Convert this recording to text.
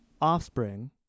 offspring